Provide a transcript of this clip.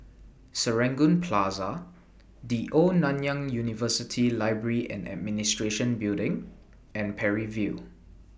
Serangoon Plaza The Old Nanyang University Library and Administration Building and Parry View